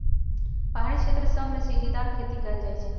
पहारी क्षेत्र सभमें सीढ़ीदार खेती कएल जाइ छइ